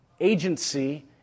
Agency